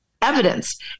Evidence